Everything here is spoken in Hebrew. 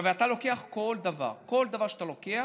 ואתה לוקח כל דבר, כל דבר שאתה לוקח,